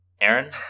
Aaron